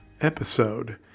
episode